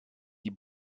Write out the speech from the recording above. die